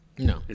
No